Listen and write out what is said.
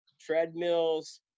treadmills